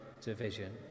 division